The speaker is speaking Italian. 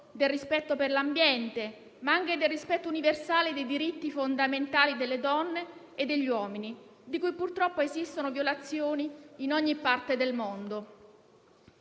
al rispetto per l'ambiente, è anche necessario il rispetto universale dei diritti fondamentali delle donne e degli uomini, di cui purtroppo esistono violazioni in ogni parte del mondo.